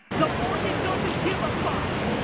the market doesn't give a fuck.